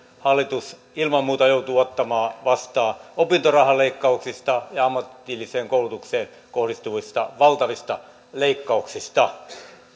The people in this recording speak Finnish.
hallitus ilman muuta joutuu ottamaan vastaan opintorahaleikkauksista ja ammatilliseen koulutukseen kohdistuvista valtavista leikkauksista